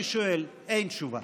אני שואל, אין תשובה.